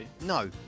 No